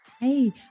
Hey